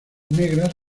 negras